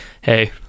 hey